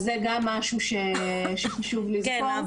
זה גם משהו שחשוב לזכור.